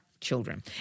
children